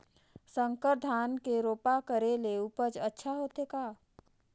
संकर धान के रोपा करे ले उपज अच्छा होथे का?